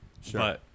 Sure